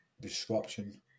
disruption